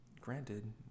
Granted